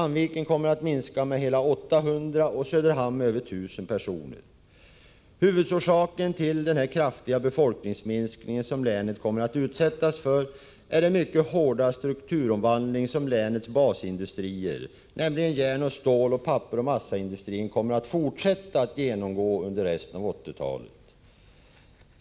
Sandviken kommer att minska med hela 800 och Söderhamn med över 1 000 personer. Huvudorsaken till den kraftiga befolkningsminskning som länet kommer att utsättas för är den mycket stora strukturomvandling som länets basindustrier, nämligen järn och ståloch pappersoch massaindustrierna, kommer att fortsätta att genomgå under resten av 1980-talet.